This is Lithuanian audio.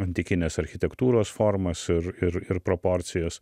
antikinės architektūros formas ir ir ir proporcijas